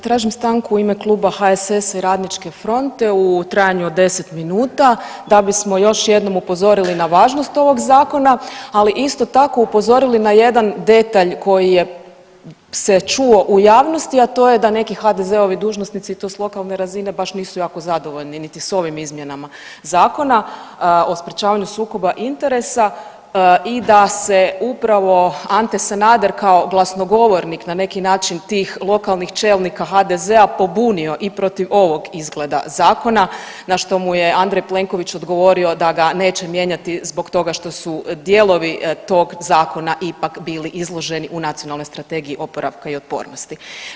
Tražim stanku u ime Kluba HSS-a i RF-a u trajanju od 10 minuta da bismo još jednom upozorili na važnost ovog zakona, ali isto tako upozorili na jedan detalj koji je se čuo u javnosti, a to je da neki HDZ-ovi dužnosnici i to s lokalne razine baš nisu jako zadovoljni niti s ovim izmjenama Zakona o sprječavanju sukoba interesa i da se upravo Ante Sanader kao glasnogovornik na neki način tih lokalnih čelnika HDZ-a pobunio i protiv ovog izgleda zakona na što mu je Andrej Plenković odgovorio da ga neće mijenjati zbog toga što su dijelovi tog zakona ipak bili izloženi u Nacionalnoj strategiji oporavka i otpornosti.